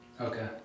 Okay